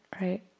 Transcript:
right